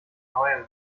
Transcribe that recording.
neuem